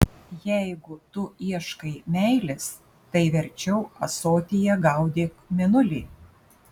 jeigu tu ieškai meilės tai verčiau ąsotyje gaudyk mėnulį